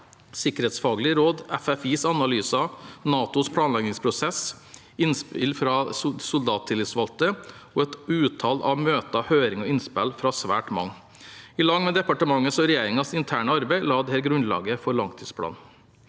sikkerhetsfaglig råd, FFIs analyser, NATOs planleggingsprosess, innspill fra soldattillitsvalgte og et utall av møter, høringer og innspill fra svært mange. Sammen med departementets og regjeringens interne arbeid la dette grunnlaget for langtidsplanen.